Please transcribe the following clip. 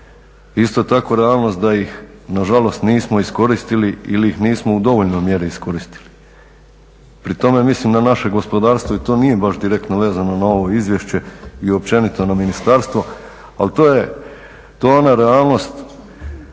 Isto tako je realnost da ih nažalost nismo iskoristili ili ih nismo u dovoljnoj mjeri iskoristili. Pri tome mislim na naše gospodarstvo i to nije baš direktno vezano na ovo izvješće i općenito na ministarstvo ali to je ona realnost